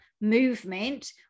movement